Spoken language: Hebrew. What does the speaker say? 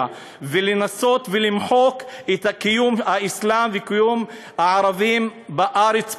ולנסות ולמחוק את קיום האסלאם וקיום הערבים בארץ פה.